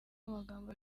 amagambo